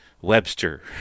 webster